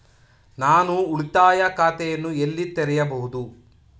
ನಾನು ಉಳಿತಾಯ ಖಾತೆಯನ್ನು ಎಲ್ಲಿ ತೆರೆಯಬಹುದು?